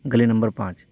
گلی نمبر پانچ